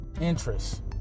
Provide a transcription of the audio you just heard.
interests